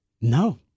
No